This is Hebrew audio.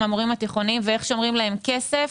המורים התיכוניים ואיך שומרים להם כסף.